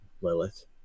Lilith